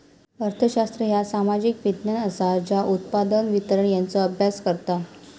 अर्थशास्त्र ह्या सामाजिक विज्ञान असा ज्या उत्पादन, वितरण यांचो अभ्यास करता